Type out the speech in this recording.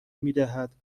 میدهد